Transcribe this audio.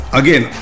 again